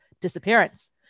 disappearance